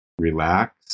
relax